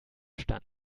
stand